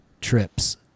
trips